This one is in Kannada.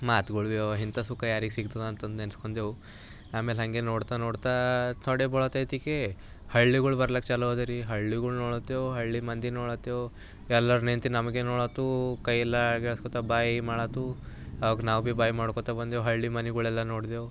ಮಾತುಗಳು ಭೀ ಇವೆ ಇಂಥ ಸುಖ ಯಾರಿಗೆ ಸಿಗ್ತದೆ ಅಂತಂದು ನೆನೆಸ್ಕೊಂಡೆವು ಆಮೇಲೆ ಹಂಗೆ ನೋಡ್ತಾ ನೋಡ್ತಾ ಥೊಡೆ ಭಾಳೊತೈತಿಕೆ ಹಳ್ಳಿಗಳು ಬರಲಿಕ್ಕೆ ಚಾಲು ಆದವು ರೀ ಹಳ್ಳಿಗಳು ನೋಡತ್ತೆವು ಹಳ್ಳಿ ಮಂದಿ ನೋಡತ್ತೆವು ಎಲ್ಲರು ನಿಂತು ನಮಗೆ ನೋಡತ್ವು ಕೈಯೆಲ್ಲ ಅಲುಗಾಡಿಸ್ಗೋಳ್ತ ಬಾಯಿ ಮಾಡತ್ವೂ ಅವ್ಕೆ ನಾವು ಭೀ ಬಾಯ್ ಮಾಡ್ಕೋಳ್ತ ಬಂದೆವು ಹಳ್ಳಿ ಮನೆಗಳೆಲ್ಲ ನೋಡ್ದೆವು